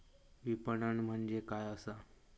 विपणन म्हणजे काय असा?